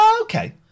okay